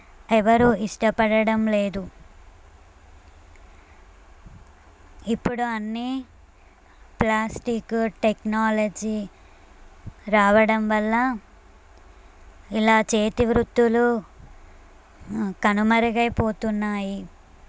ఎవరూ ఇష్టపడడం లేదు ఇప్పుడు అన్ని ప్లాస్టిక్ టెక్నాలజీ రావడం వల్ల ఇలా చేతివృత్తులు కనుమరుగై పోతున్నాయి